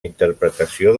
interpretació